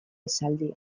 esaldia